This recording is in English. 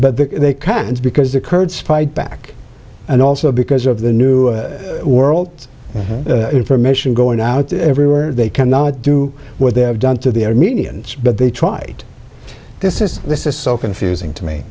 but they can't because the kurds fight back and also because of the new world information going out everywhere they cannot do what they have done to the armenians but they tried this is this is so confusing to